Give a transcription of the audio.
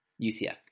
UCF